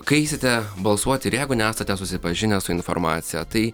kai eisite balsuot ir jeigu nesate susipažinę su informacija tai